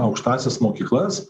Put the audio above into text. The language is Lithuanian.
aukštąsias mokyklas